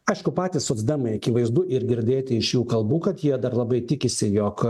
aišku patys socdemai akivaizdu ir girdėti iš jų kalbų kad jie dar labai tikisi jog